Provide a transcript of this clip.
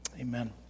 Amen